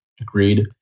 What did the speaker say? Agreed